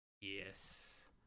Yes